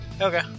okay